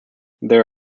there